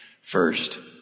First